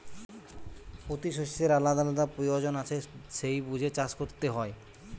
পোতি শষ্যের আলাদা আলাদা পয়োজন আছে সেই বুঝে চাষ কোরতে হয়